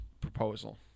proposal